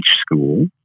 school